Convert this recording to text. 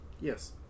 Yes